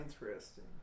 interesting